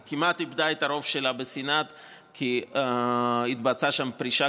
והיא כמעט איבדה את הרוב שלה בסנאט כי התבצעה שם פרישה